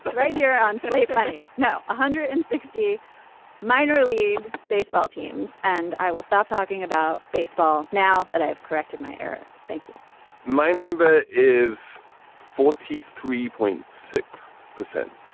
right here on slate money no. one hundred and sixty minor league baseball teams. and i will stop talking about baseball now that i have corrected my hair. thank you my number is forty three point six percent,